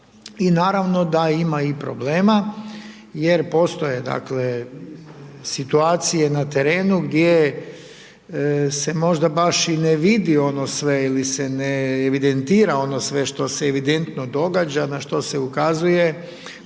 i naravno da ima i problema, jer postoje dakle, situacije na terenu gdje se možda baš i ne vidi ono sve ili se ne evidentira ono sve što se evidentno događa, na što se ukazuje